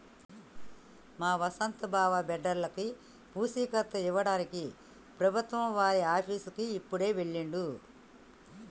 మా వసంత్ బావ బిడ్డర్లకి పూచీకత్తు ఇవ్వడానికి ప్రభుత్వం వారి ఆఫీసుకి ఇప్పుడే వెళ్ళిండు